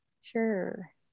sure